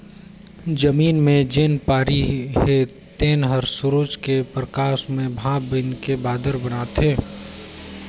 जमीन मे जेन पानी हे तेन हर सुरूज के परकास मे भांप बइनके बादर बनाथे